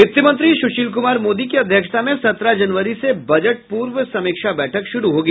वित्त मंत्री सुशील कुमार मोदी की अध्यक्षता में सत्रह जनवरी से बजट पूर्व समीक्षा बैठक शुरू होगी